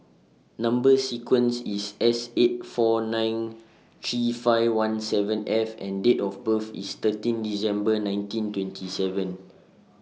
Number sequence IS S eight four nine three five one seven F and Date of birth IS thirteen December nineteen twenty seven